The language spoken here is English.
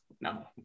No